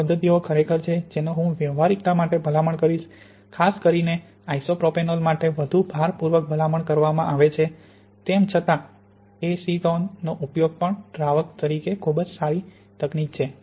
આ પદ્ધતિઓ ખરેખર છે જેનો હું વ્યવહારિકતા માટે ભલામણ કરીશ ખાસ કરીને આઇસોપ્રોપનોલ માટે વધુ ભારપૂર્વક ભલામણ કરવામાં આવે છે તેમ છતાં એસીટોન નો ઉપયોગ પણ દ્રાવક તરીકે ખૂબ જ સારી તકનીક છે